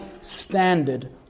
standard